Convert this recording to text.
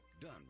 done